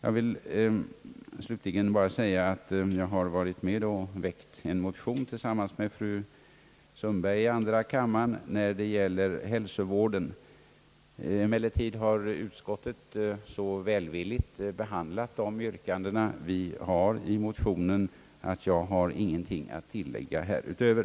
Tillsammans med fru Sundberg i andra kammaren har jag väckt en motion angående hälsovården. Då emellertid utskottet har behandlat våra yrkanden i denna motion mycket välvilligt har jag ingenting att tillägga härutöver.